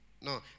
No